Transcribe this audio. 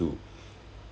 to